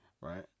right